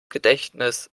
gedächtnis